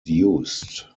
used